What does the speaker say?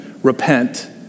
repent